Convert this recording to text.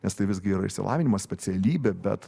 nes tai visgi yra išsilavinimas specialybė bet